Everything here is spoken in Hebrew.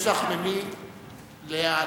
יש לך ממי להעתיק,